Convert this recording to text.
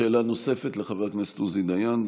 שאלה נוספת לחבר הכנסת עוזי דיין.